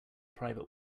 private